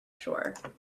shore